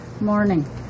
Morning